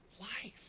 life